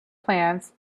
plans